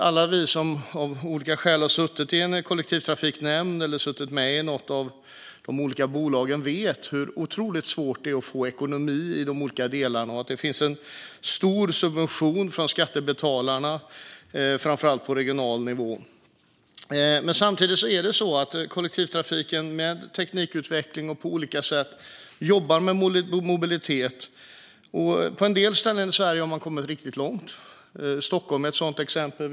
Alla vi som av olika skäl har suttit i en kollektivtrafiknämnd eller suttit med i något av de olika bolagen vet hur otroligt svårt det är att få ekonomi i de olika delarna och att det finns en stor subvention från skattebetalarna, framför allt på regional nivå. Samtidigt är det så att kollektivtrafiken med teknikutveckling och på olika andra sätt jobbar med mobilitet. På en del ställen i Sverige har man kommit riktigt långt. Stockholm är ett sådant exempel.